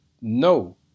No